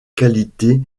qualité